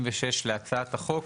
בשינויים המחויבים,